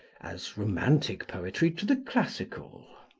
as romantic poetry to the classical.